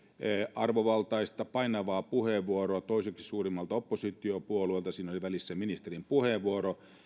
arvovaltaista painavaa puheenvuoroa toiseksi suurimmalta oppositiopuolueelta siinä oli välissä ministerin puheenvuoro